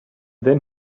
then